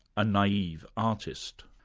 a naive artist.